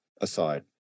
aside